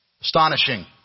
Astonishing